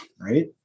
right